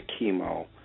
chemo